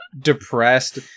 depressed